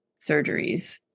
surgeries